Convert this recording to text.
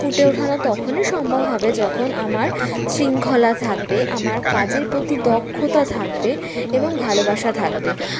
ফুটে ওঠানো তখনই সম্ভব হবে যখন আমার শৃঙ্খলা থাকবে আমার কাজের প্রতি দক্ষতা থাকবে এবং ভালোবাসা থাকবে